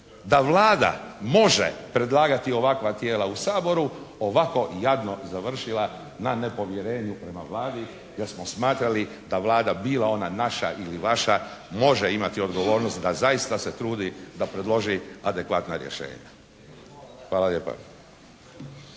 da Vlada može predlagati ovakva tijela u Saboru ovako jadno završila na nepovjerenju prema Vladi jer smo smatrali da Vlada bila ona naša ili vaša može imati odgovornost da zaista se trudi da predloži adekvatna rješenja. Hvala lijepa.